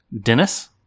Dennis